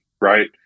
right